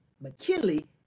McKinley